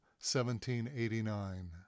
1789